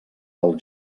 del